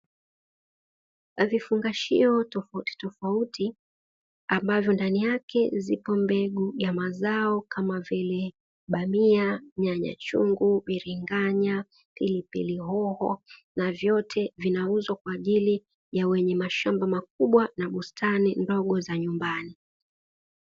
Vifungashio tofautitofauti ambavyo ndani yake zipo mbegu ya mazao kama vile: bamia, nyanya chungu, biringanya, pilipili hoho; na vyote vinauzwa kwa ajili ya wenye mashamba makubwa na bustani ndogo za nyumbani.